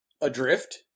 Adrift